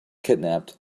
kidnapped